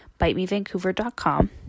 BiteMeVancouver.com